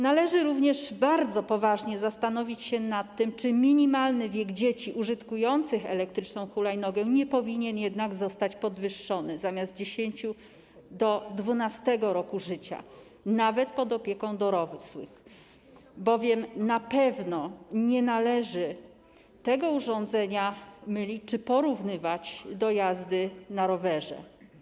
Należy również bardzo poważnie zastanowić się nad tym, czy minimalny wiek dzieci użytkujących elektryczne hulajnogi nie powinien jednak zostać podwyższony - zamiast 10., do 12. roku życia, nawet pod opieką dorosłych, bowiem na pewno nie należy jazdy na tym urządzeniu porównywać do jazdy na rowerze.